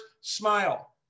smile